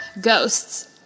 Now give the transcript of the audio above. Ghosts